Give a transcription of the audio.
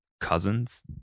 cousins